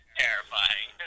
terrifying